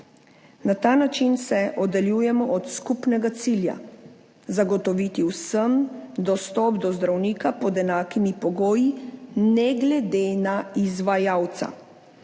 Na ta način se oddaljujemo od skupnega cilja zagotoviti vsem dostop do zdravnika pod enakimi pogoji, ne glede na izvajalca.